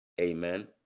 Amen